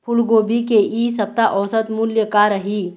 फूलगोभी के इ सप्ता औसत मूल्य का रही?